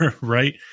right